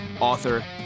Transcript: author